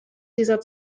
dieser